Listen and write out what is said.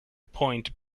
point